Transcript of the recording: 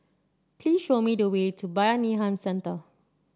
please show me the way to Bayanihan Centre